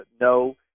no